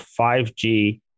5G